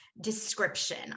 description